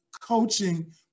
coaching